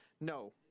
No